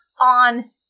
on